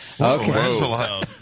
Okay